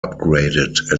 upgraded